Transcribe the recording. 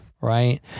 right